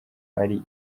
ari